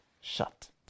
shut